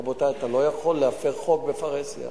רבותי: אתה לא יכול להפר חוק בפרהסיה.